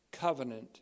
covenant